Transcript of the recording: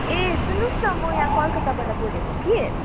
ए सुन्नुहोस् न म यहाँ कलकत्ताबाट बोलेको कि